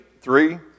three